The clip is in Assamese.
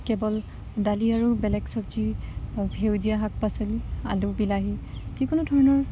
কেৱল দালি আৰু বেলেগ চব্জি সেউজীয়া শাক পাচলি আলু বিলাহী যিকোনো ধৰণৰ